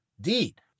deed